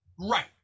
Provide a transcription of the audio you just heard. Right